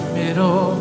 middle